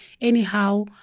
anyhow